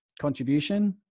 contribution